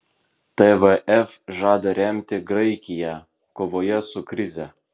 tvf žada remti graikiją kovoje su krize